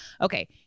Okay